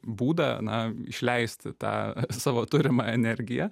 būdą na išleisti tą savo turimą energiją